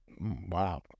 wow